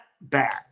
bad